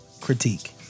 critique